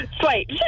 Sweet